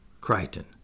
Crichton